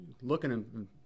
looking